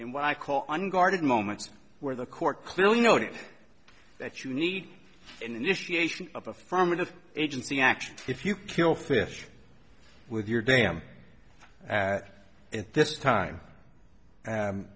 in what i call unguarded moments where the court clearly noted that you need an initiation of affirmative agency action if you kill fish with your damn at this time